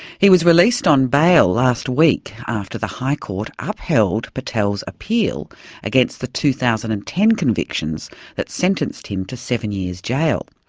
he was released on bail last week after the court upheld patel's appeal against the two thousand and ten convictions that sentenced him to seven years' jail.